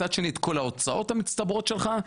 מצד שני את כל ההוצאות המצטברות שלך,